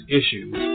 issues